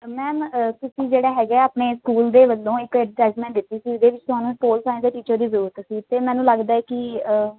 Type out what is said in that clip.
ma'am ਤੁਸੀਂ ਜਿਹੜਾ ਹੈਗਾ ਆਪਣੇ ਸਕੂਲ ਦੇ ਵੱਲੋਂ ਇੱਕ ਐਡਵਰਟੈਜ਼ਮੈਂਟ ਦਿੱਤੀ ਸੀ ਜਿਹਦੇ ਵਿੱਚ ਤੁਹਾਨੂੰ ਪੋਲ ਸਾਇੰਸ ਦੇ ਟੀਚਰ ਦੀ ਜ਼ਰੂਰਤ ਸੀ ਅਤੇ ਮੈਨੂੰ ਲੱਗਦਾ ਕਿ